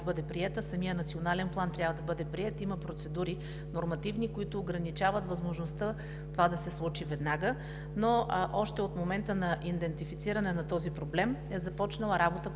бъде приета, самият национален план трябва да бъде приет. Има нормативни процедури, които ограничават възможността това да се случи веднага, но още от момента на идентифициране на този проблем е започнала работа